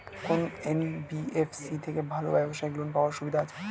কোন এন.বি.এফ.সি থেকে ভালো ব্যবসায়িক লোন পাওয়ার সুবিধা আছে?